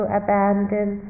abandon